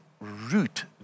root